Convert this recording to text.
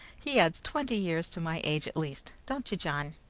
he adds twenty years to my age at least. don't you, john?